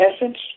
essence